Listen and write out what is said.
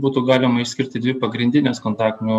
būtų galima išskirti dvi pagrindines kontaktinių